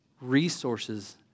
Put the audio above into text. resources